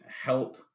help